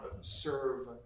serve